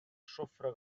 sofre